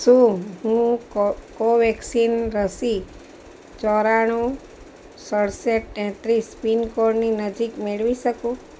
શું હું કોવેક્સિન રસી ચોરાણું સડસઠ તેત્રીસ પિનકોડની નજીક મેળવી શકું